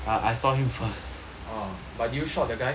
uh but did you shot that guy